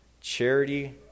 Charity